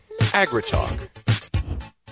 AgriTalk